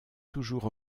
toujours